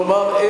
כלומר,